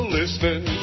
listening